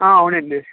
అవునండి